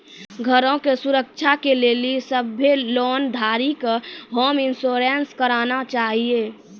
घरो के सुरक्षा के लेली सभ्भे लोन धारी के होम इंश्योरेंस कराना छाहियो